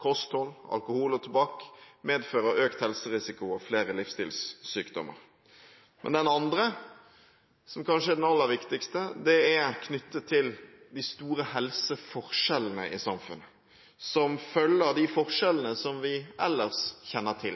kosthold, alkohol og tobakk, medfører økt helserisiko og flere livsstilssykdommer. Men det andre – som kanskje er det aller viktigste – er knyttet til de store helseforskjellene i samfunnet som følger de forskjellene som vi ellers kjenner til: